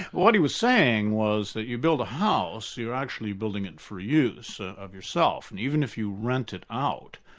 what he was saying was that you build a house, you're actually building it for use of yourself, and even if you rent it out,